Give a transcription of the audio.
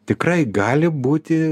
tikrai gali būti